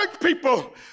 people